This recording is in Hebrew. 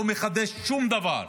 לא מחדשת שום דבר,